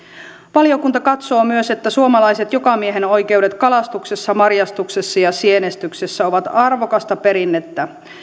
valiokunta katsoo myös että suomalaiset jokamiehenoikeudet kalastuksessa marjastuksessa ja sienestyksessä ovat arvokasta perinnettä